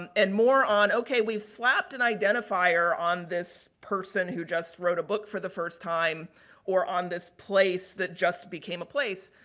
um and more on, okay, we've slapped an identifier on this person who just wrote a book for the first time or on this place that just became a place.